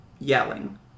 yelling